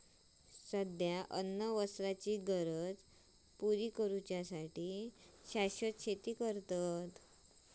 सध्या अन्न वस्त्राचे गरज पुरी करू साठी शाश्वत शेती करतत